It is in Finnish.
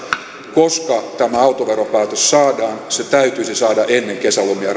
koska tämä autoveropäätös saadaan se täytyisi saada ennen kesälomia